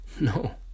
No